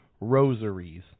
rosaries